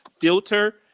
filter